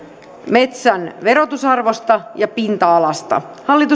metsän verotusarvosta ja pinta alasta hallitus esittää myös että